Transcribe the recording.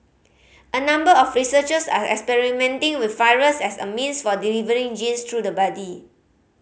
a number of researchers are experimenting with virus as a means for delivering genes through the body